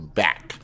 back